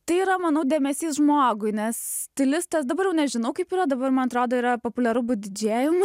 tai yra manau dėmesys žmogui nes stilistas dabar jau nežinau kaip yra dabar man atrodo yra populiaru būti didžėjum